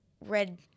red